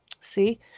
see